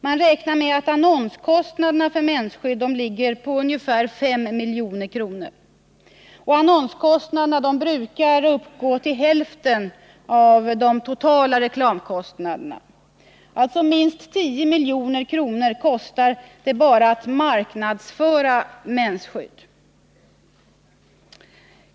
Man räknar med att annonskostnaderna för mensskydd ligger på 5 milj.kr. Annonskostnaderna brukar uppgå till hälften av de totala reklamkostnaderna, och alltså kostar det 10 milj.kr. bara att marknadsföra mensskydd.